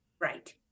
Right